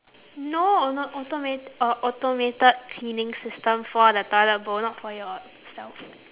no not automate~ a automated cleaning system for the toilet bowl not for yourself